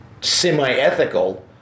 semi-ethical